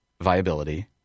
viability